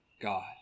God